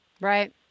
Right